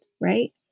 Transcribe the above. right